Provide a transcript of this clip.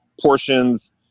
portions